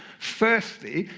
firstly,